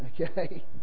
Okay